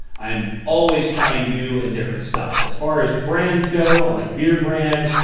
i'm always trying new and different stuff. as far as brands go, i like beardbrand,